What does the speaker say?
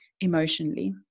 emotionally